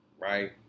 right